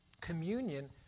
Communion